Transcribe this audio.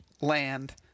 land